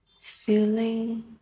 feeling